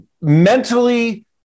Mentally